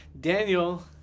Daniel